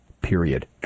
period